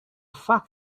fact